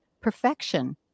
perfection